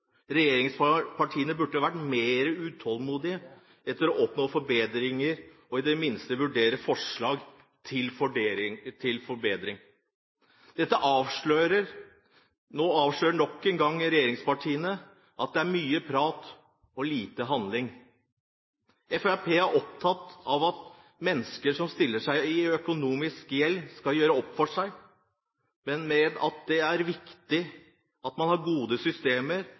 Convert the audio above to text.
regjeringspartiene burde ha vært mer utålmodige etter å oppnå forbedringer – i det minste vurdere forslag til forbedringer. Nå avslører regjeringspartiene nok en gang at det er mye prat og lite handling. Fremskrittspartiet er opptatt av at mennesker som stiller seg i økonomisk gjeld, skal gjøre opp for seg, men mener at det er viktig at man har gode systemer,